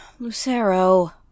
Lucero